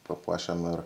papuošiame ir